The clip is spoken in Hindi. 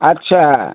अच्छा